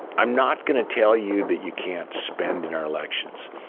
i'm not going to tell you that you can't spend in our elections.